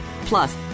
Plus